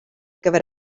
gyfer